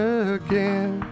again